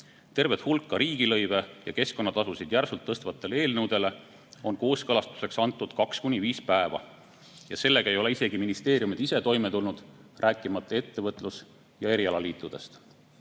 Tervet hulka riigilõive ja keskkonnatasusid järsult tõstvatele eelnõudele on kooskõlastuseks antud kaks kuni viis päeva. Sellega ei ole isegi ministeeriumid ise toime tulnud, rääkimata ettevõtlus- ja erialaliitudest. Eesti